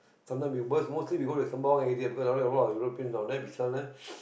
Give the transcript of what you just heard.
sometime we but we mostly we go Sembawang area because down there got a lot of area print then we sometime